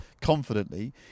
confidently